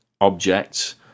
objects